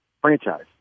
franchise